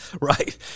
Right